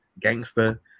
gangster